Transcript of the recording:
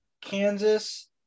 Kansas